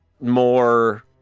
more